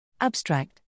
Abstract